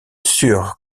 suur